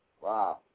Wow